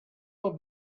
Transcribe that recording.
will